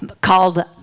called